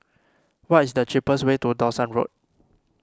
what is the cheapest way to Dawson Road